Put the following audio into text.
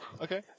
Okay